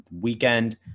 weekend